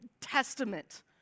Testament